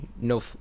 no